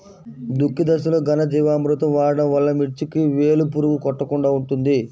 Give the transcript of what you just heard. దుక్కి దశలో ఘనజీవామృతం వాడటం వలన మిర్చికి వేలు పురుగు కొట్టకుండా ఉంటుంది?